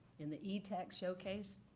in the etext showcase,